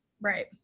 Right